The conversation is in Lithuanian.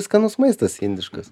skanus maistas indiškas